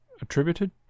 attributed